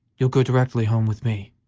you'll go directly home with me.